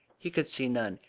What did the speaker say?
he could see none.